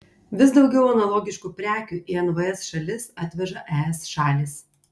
vis daugiau analogiškų prekių į nvs šalis atveža es šalys